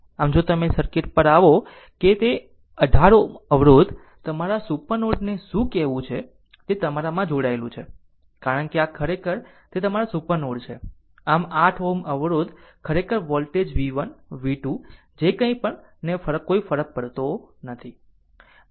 આમ જો તમે આ સર્કિટ પર આવો કે 1 8 Ω અવરોધ તમારા સુપર નોડ ને શું કહેવું તે તમારામાં જોડાયેલું છે કારણ કે આ ખરેખર તે તમારા સુપર નોડ છે આમ 8 Ω અવરોધ ખરેખર વોલ્ટેજ v1 v2 જે કાંઈ પણને કોઈ ફરક પડતો નથી